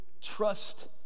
Trust